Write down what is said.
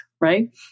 right